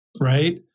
right